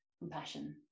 compassion